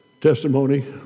testimony